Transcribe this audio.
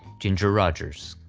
ginger rogers.